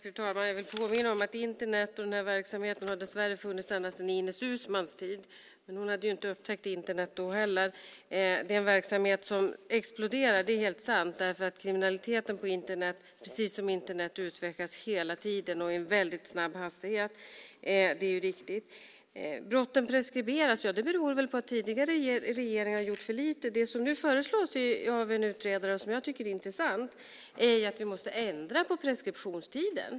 Fru talman! Jag vill påminna om att Internet och de verksamheterna dessvärre har funnits ända sedan Ines Uusmanns tid. Hon hade ju inte upptäckt Internet då heller. Det är en verksamhet som exploderar, det är helt sant, därför att kriminaliteten på Internet, precis som Internet, hela tiden utvecklas och i en mycket hög hastighet. Det är riktigt. Brotten preskriberas. Det beror väl på att tidigare regeringar har gjort för lite. Det som nu föreslås av en utredare, och som jag tycker är intressant, är att vi måste ändra på preskriptionstiden.